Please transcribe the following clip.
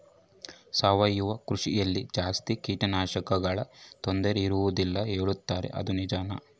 ಸಾವಯವ ಕೃಷಿಯಲ್ಲಿ ಜಾಸ್ತಿ ಕೇಟನಾಶಕಗಳ ತೊಂದರೆ ಇರುವದಿಲ್ಲ ಹೇಳುತ್ತಾರೆ ಅದು ನಿಜಾನಾ?